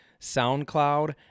SoundCloud